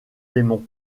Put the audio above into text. démons